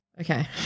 Okay